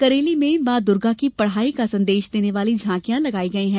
करेली में मां दुर्गा की पढ़ाई का संदेश देने वाली झांकियां लगाई गई हैं